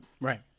right